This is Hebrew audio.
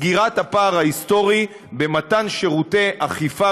סגירת הפער ההיסטורי במתן שירותי אכיפה